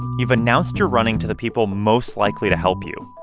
you've announced you're running to the people most likely to help you,